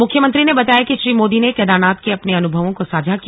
मुख्यमंत्री ने बताया कि श्री मोदी ने केदारनाथ के अपने अनुभवों को साझा किया